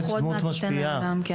דמות משפיעה.